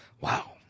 Wow